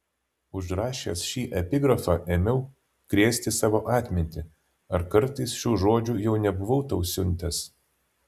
užrašęs šį epigrafą ėmiau krėsti savo atmintį ar kartais šių žodžių jau nebuvau tau siuntęs